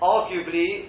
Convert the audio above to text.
Arguably